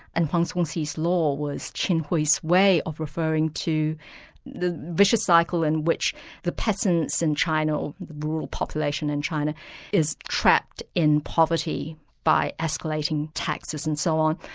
and huang zongxi's law was qin hui's way of referring to the vicious cycle in which the peasants in china rural population in china is trapped in poverty by escalating taxes and so on,